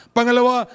Pangalawa